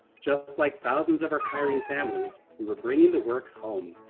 just like thousands of our kyrene families who were bringing the work home.